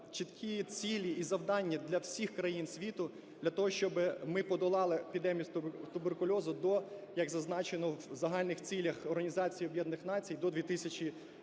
чіткі цілі і завдання для всіх країн світу для того, щоби ми подолали епідемію туберкульозу до, як зазначено в загальних цілях Організації